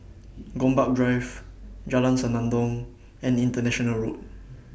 Gombak Drive Jalan Senandong and International Road